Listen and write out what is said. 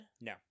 No